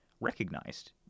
recognized